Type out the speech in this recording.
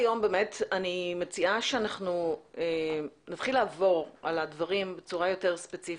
אני מציעה שנתחיל לעבור על הדברים בצורה יותר ספציפית.